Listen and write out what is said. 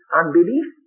unbelief